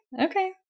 Okay